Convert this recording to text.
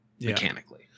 mechanically